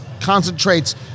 concentrates